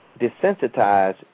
desensitized